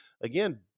again